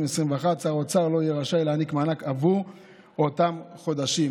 שר האוצר לא יהיה רשאי להעניק מענק עבור אותם חודשים.